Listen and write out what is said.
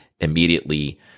immediately